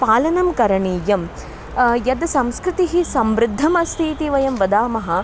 पालनं करणीयं यद् संस्कृतिः समृद्धा अस्ति इति वयं वदामः